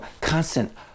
constant